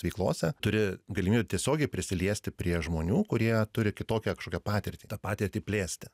veiklose turi galimybę tiesiogiai prisiliesti prie žmonių kurie turi kitokią kažkokią patirtį tą patirtį plėsti